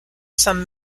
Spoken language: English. some